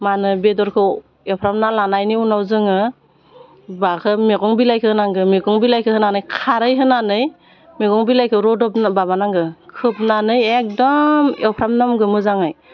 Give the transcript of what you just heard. माहोनो बेदरफोरखौ एवफ्रामना लानायनि उनाव जोङो मैगं बिलाइखौ होनांगो मैगं बिलाइखै होनानै खारै होनानै मैगं बिलाइखौ रुदब माबानांगौ खोबनानै एकदम एवफ्रामनांगौ मोजाङै